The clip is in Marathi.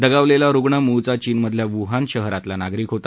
दगावलेला रुग्ण मुळचा चीनमधल्या वूहान शहरातला नागरिक होता